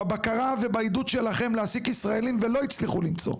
בבקרה ובעידוד שלכם להעסיק ישראלים ולא הצליחו למצוא,